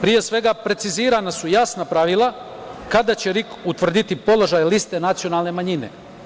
Pre svega, precizirana su jasna pravila kada će RIK utvrditi položaj liste nacionalne manjine.